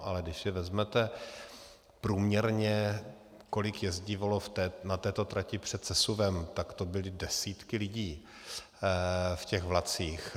Ale když si vezmete průměrně, kolik jezdívalo na této trati před sesuvem, tak to byly desítky lidí v těch vlacích.